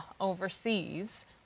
overseas